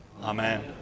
Amen